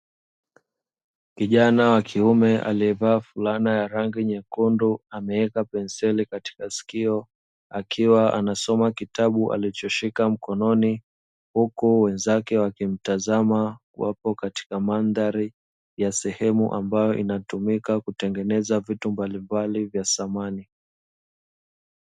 Kijana wa kiume aliyevaa fulana ya rangi nyekundu, ameweka penseli katika sikio akiwa anasoma kitabu alichoshika mkononi, huku wenzake wakimtazama wapo katika mandhari ya sehemu ambayo inatumika kutengeneza vitu mbalimbali vya samani.